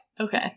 Okay